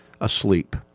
asleep